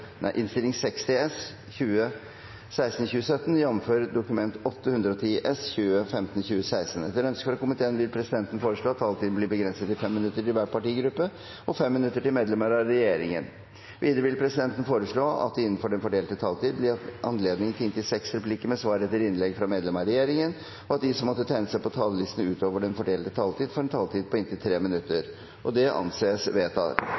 regjeringen. Videre vil presidenten foreslå at det – innenfor den fordelte taletid – blir gitt anledning til inntil seks replikker med svar etter innlegg fra medlemmer av regjeringen, og at de som måtte tegne seg på talerlisten utover den fordelte taletid, får en taletid på inntil 3 minutter. – Det anses vedtatt.